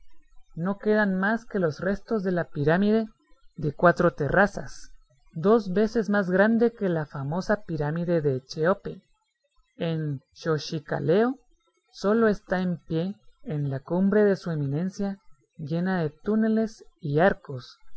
no quedan más que los restos de la pirámide de cuatro terrazas dos veces más grande que la famosa pirámide de cheope en xochicaleo sólo está en pie en la cumbre de su eminencia llena de túneles y arcos